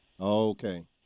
Okay